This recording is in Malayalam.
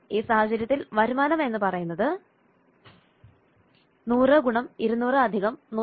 ഈ സാഹചര്യത്തിൽ വരുമാനംഎന്ന് പറയുന്നത് വരുമാനം 100 × 200 150 × 75 250 × 200 62